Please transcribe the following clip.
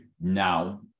now